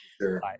Sure